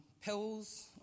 pills